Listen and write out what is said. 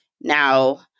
Now